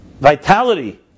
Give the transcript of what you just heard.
vitality